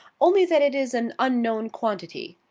only that it is an unknown quantity.